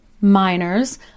miners